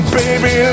baby